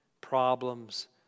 problems